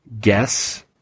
guess